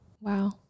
Wow